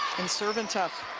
serving tough.